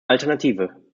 alternative